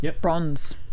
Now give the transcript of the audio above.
bronze